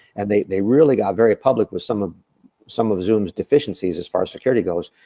and they they really got very public with some of some of zoom's deficiencies, as far as security goes.